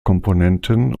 komponenten